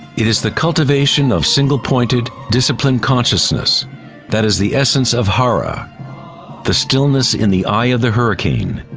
it is the cultivation of single-pointed, disciplined consciousness that is the essence of hara the stillness in the eye of the hurricane.